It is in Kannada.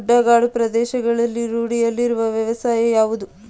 ಗುಡ್ಡಗಾಡು ಪ್ರದೇಶಗಳಲ್ಲಿ ರೂಢಿಯಲ್ಲಿರುವ ವ್ಯವಸಾಯ ಯಾವುದು?